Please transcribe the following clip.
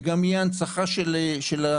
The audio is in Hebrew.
וגם תהיה הנצחה של הנפטרים,